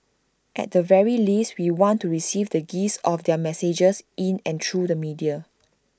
at the very least we want to receive the gist of their messages in and through the media